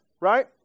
right